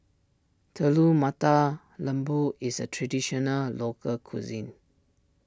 Telur Mata Lembu is a Traditional Local Cuisine